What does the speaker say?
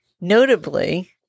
Notably